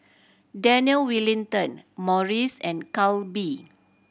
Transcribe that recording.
Daniel Wellington Morries and Calbee